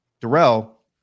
Darrell